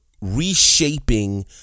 reshaping